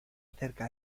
acerca